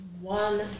one